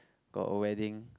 got a wedding